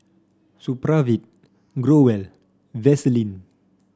Supravit Growell Vaselin